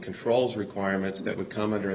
controls requirements that would come under